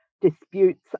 disputes